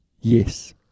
Yes